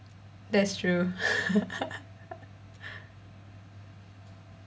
that's true